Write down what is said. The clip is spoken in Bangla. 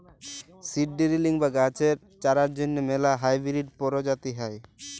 সিড ডিরিলিং বা গাহাচের চারার জ্যনহে ম্যালা হাইবিরিড পরজাতি হ্যয়